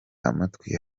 amatwi